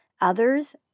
Others